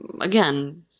again